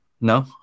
no